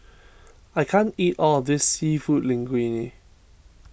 I can't eat all of this Seafood Linguine